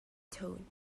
tone